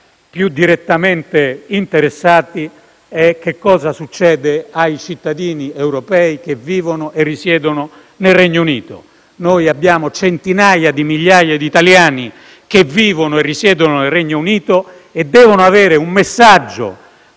più direttamente interessati: che cosa succede ai cittadini europei che vivono e risiedono nel Regno Unito. Noi abbiamo infatti centinaia di migliaia di italiani che vivono e risiedono nel Regno Unito e devono avere il messaggio,